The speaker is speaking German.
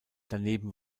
daneben